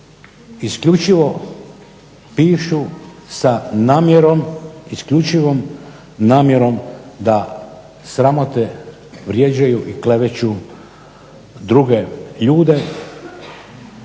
isključivo pišu sa namjerom, isključivom namjerom da sramote, vrijeđaju i kleveću druge ljude